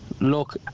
Look